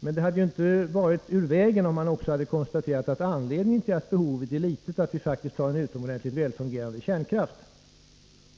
Men det hade inte varit ur vägen om det också hade konstaterats att anledningen till att behovet är litet är att vi faktiskt har en utomordentligt väl fungerande kärnkraft.